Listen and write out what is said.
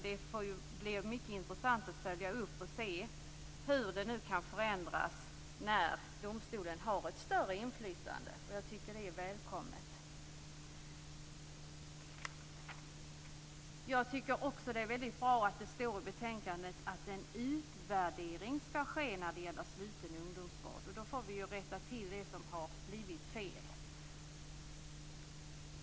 Det blir mycket intressant att följa upp detta och att se hur det kan förändras när domstolen har ett större inflytande. Jag tycker att det är välkommet. Jag tycker också att det är bra att det står i betänkandet att en utvärdering skall ske när det gäller sluten ungdomsvård. Då får vi ju rätta till det som har blivit fel.